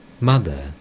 Mother